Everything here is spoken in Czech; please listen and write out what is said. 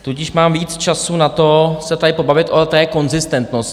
Tudíž mám víc času na to se tady pobavit o té konzistentnosti.